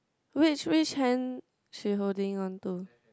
which which hand she holding onto